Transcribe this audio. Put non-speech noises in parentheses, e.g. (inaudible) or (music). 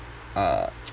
uh (noise)